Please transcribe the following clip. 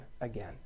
again